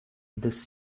this